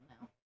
now